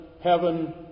heaven